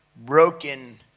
broken